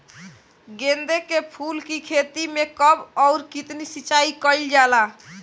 गेदे के फूल के खेती मे कब अउर कितनी सिचाई कइल जाला?